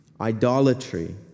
idolatry